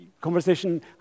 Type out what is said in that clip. conversation